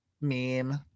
meme